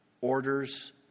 orders